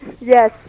Yes